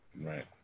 Right